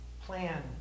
Plan